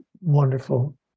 wonderful